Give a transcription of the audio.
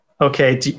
Okay